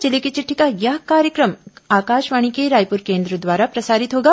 जिले की चिट्ठी का यह कार्य क्र म आकाशवाणी के रायपुर केंद्र द्वारा प्रसारित होगा